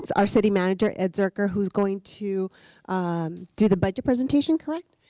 our city manager, ed zuercher, who's going to do the budget presentation, correct?